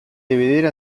dividir